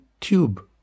tube